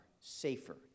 safer